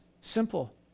Simple